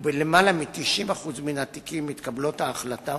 ובלמעלה מ-90% מן התיקים מתקבלת החלטה